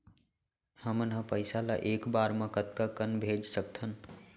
हमन ह पइसा ला एक बार मा कतका कन भेज सकथन?